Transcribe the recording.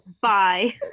bye